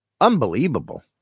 Unbelievable